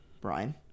Brian